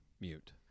mute